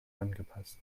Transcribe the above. angepasst